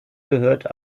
gehörte